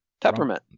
Peppermint